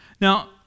Now